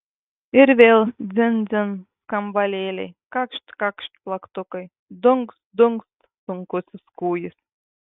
ir vėl dzin dzin skambalėliai kakšt kakšt plaktukai dunkst dunkst sunkusis kūjis